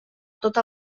tot